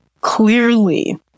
clearly